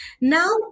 Now